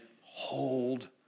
hold